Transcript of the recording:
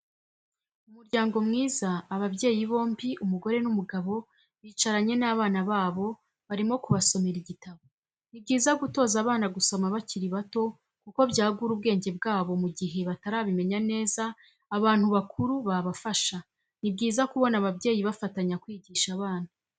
Umuryango mwiza ababyeyi bombi umugore n'umugabo bicaranye n'abana babo barimo kubasomera igitabo, ni byiza gutoza abana gusoma bakiri bato kuko byagura ubwenge bwabo mu gihe batarabimenya neza abantu bakuru babafasha, ni byiza kubona ababyeyi bafatanya kwigisha abana.